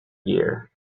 year